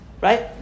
right